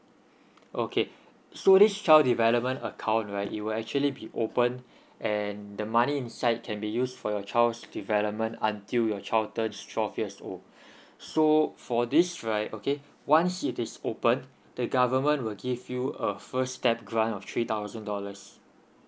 okay so this child development account right it will actually be opened and the money inside can be used for your child's development until your child turns twelve years old so for this right okay once it is opened the government will give you a first step grant of three thousand dollars